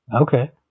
Okay